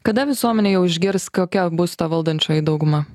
kada visuomenė jau išgirs kokia bus ta valdančioji dauguma